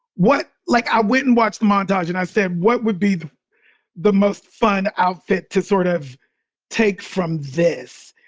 what? like, i went and watched the montage and i said, what would be the the most fun outfit to sort of take from this?